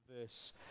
verse